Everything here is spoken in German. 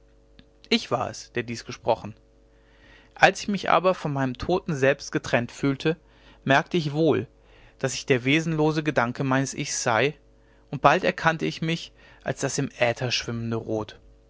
ich war es der dies gesprochen als ich mich aber von meinem toten selbst getrennt fühlte merkte ich wohl daß ich der wesenlose gedanke meines ichs sei und bald erkannte ich mich als das im äther schwimmende rot